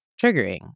triggering